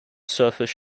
surface